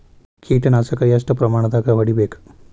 ಕೇಟ ನಾಶಕ ಎಷ್ಟ ಪ್ರಮಾಣದಾಗ್ ಹೊಡಿಬೇಕ?